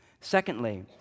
Secondly